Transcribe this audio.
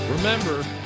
Remember